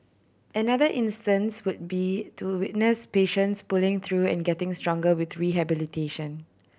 another instance would be to witness patients pulling through and getting stronger with rehabilitation